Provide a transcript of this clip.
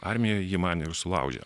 armijoj jį man ir sulaužė